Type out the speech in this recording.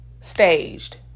staged